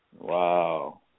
Wow